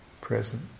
present